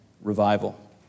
revival